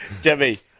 Jimmy